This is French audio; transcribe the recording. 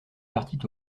partit